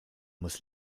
muss